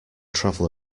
travel